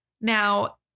Now